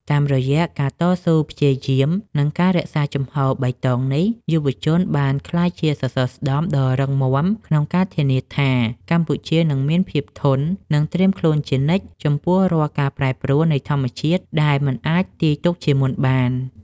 តាមរយៈការតស៊ូព្យាយាម និងការរក្សាជំហរបៃតងនេះ យុវជនបានក្លាយជាសសរស្តម្ភដ៏រឹងមាំក្នុងការធានាថា កម្ពុជានឹងមានភាពធន់ និងត្រៀមខ្លួនជានិច្ចចំពោះរាល់ការប្រែប្រួលនៃធម្មជាតិដែលមិនអាចទាយទុកជាមុនបាន។